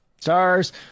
Stars